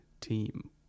team